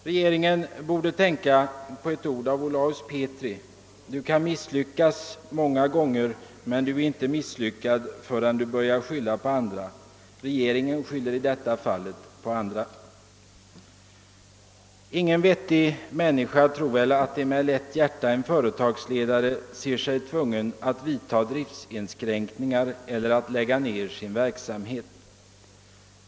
Regeringen borde tänka på dessa ord av Olaus Petri: »Du kan miss lyckas många gånger men du är inte misslyckad förrän du börjar skylla på andra.» Regeringen skyller i detta fall på andra. Ingen vettig människa tror väl att det är med lätt hjärta en företagsledare ser sig tvungen att vidtaga driftinskränkningar eller lägga ned sin verksamhet.